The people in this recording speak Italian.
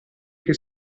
che